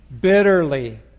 bitterly